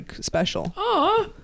special